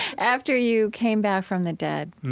after you came back from the dead